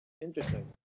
interesting